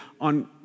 on